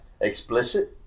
explicit